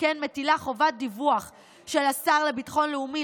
וכן היא מטילה חובת דיווח של השר לביטחון לאומי